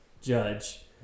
judge